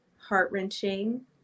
heart-wrenching